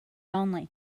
only